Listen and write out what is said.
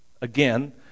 Again